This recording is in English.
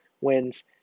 wins